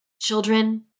children